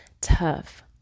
tough